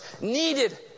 needed